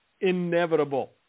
inevitable